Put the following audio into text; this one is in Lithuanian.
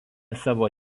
savo